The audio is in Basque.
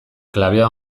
klabea